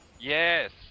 Yes